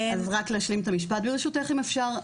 אז רק להשלים את המשפט, ברשותך אם אפשר.